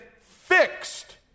fixed